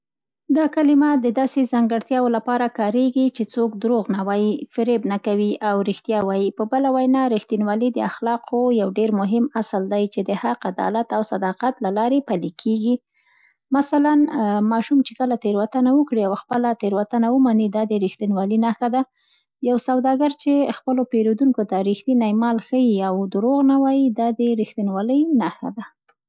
دا کلیمه د داسې ځانګړتيا لپاره کارېږي، چي څوک دروغ نه وايي، فريب نه کوي او رښتیا وايي. په بله وينا، رښتينولي د اخلاقو يو ډېر مهم اصل دی چي د حق، عدالت او صداقت لارې پلي کېږي. مثلا: ماشوم چي کله څه تېروتنه وکړي او خپله تېروتنه ومني، دا د رښتينولۍ نښه ده. يو سوداګر چي خپلو پېرېدونکو ته ريښتينی مال ښيي او دروغ نه وايي، د رښتينولۍ نمونه ده.